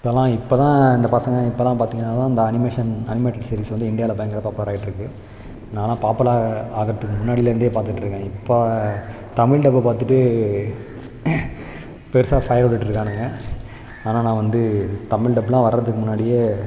இதெலாம் இப்போ தான் இந்த பசங்கள் இப்போல்லாம் பார்த்திங்கனா தான் இந்த அனிமேஷன் அனிமேட்டட் சிரீஸ் வந்து இந்தியாவில் பயங்கரம் பாப்புலர் ஆகிட்டு இருக்குது நான்லாம் பாப்புலர் ஆகிறதுக்கு முன்னாடியில் இருந்து பார்த்துட்டு இருக்கேன் இப்போ தமிழ் டப்பை பார்த்துட்டு பெருசாக சாயம் விட்டுட்டு இருக்கானுங்க ஆனால் நான் வந்து தமிழ் டப்லாம் வர்கிறதுக்கு முன்னாடி